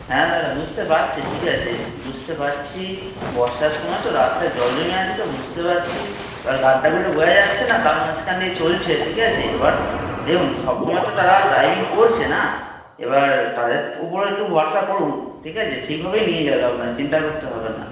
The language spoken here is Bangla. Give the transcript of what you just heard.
হ্যাঁ দাদা বুঝতে পারছি ঠিক আছে বুঝতে পারছি বর্ষার সময় তো রাস্তায় জল জমে আছে তো বুঝতে পাচ্ছি এবার গাড্ডাগুলো তো বোঝা যাচ্ছে না তার মাছখান দিয়ে চলছে ঠিক আছে এবার দেখুন সব সময় তো তারা ড্রাইভিং করছে না এবার তাদের উপরে একটু ভরসা করুন ঠিক আছে ঠিক ভাবেই নিয়ে যাবে আপনার চিন্তা করতে হবে না